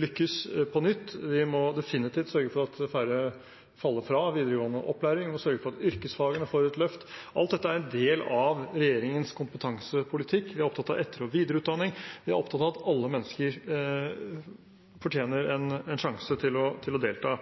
lykkes på nytt. Vi må definitivt sørge for at færre faller fra i videregående opplæring, og vi må sørge for at yrkesfagene får et løft. Alt dette er en del av regjeringens kompetansepolitikk. Vi er opptatt av etter- og videreutdanning. Vi er opptatt av at alle mennesker fortjener en sjanse til å delta.